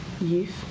youth